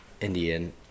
Indian